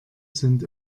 sind